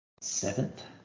seventh